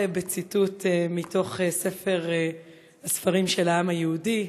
בציטוט מתוך ספר הספרים של העם היהודי,